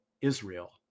Israel